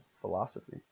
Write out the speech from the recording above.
philosophy